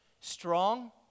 strong